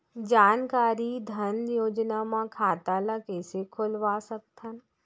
जानकारी धन योजना म खाता ल कइसे खोलवा सकथन?